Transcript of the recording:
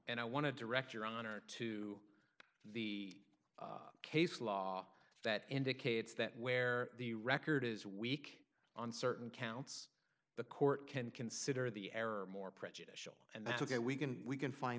and i want to direct your honor to the case law that indicates that where the record is weak on certain counts the court can consider the error more prejudicial and that's ok we can we can find